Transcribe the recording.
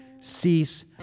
cease